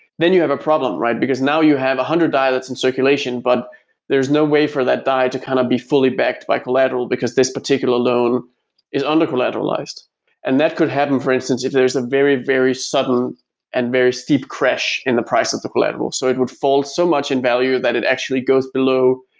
then you have a problem, right? because now you have a one hundred dai that's in circulation, but there's no way for that dai to kind of be fully backed by collateral, because this particular loan is under collateralized and that could happen for instance if there's a very, very sudden and very steep crash in the price of the collateral. so it would fall so much in value that it actually goes below,